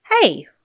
Hey